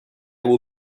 will